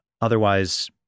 Otherwise